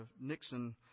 Nixon